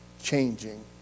changing